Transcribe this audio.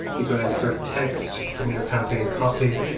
you're going to insert text from your campaign copy.